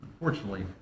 unfortunately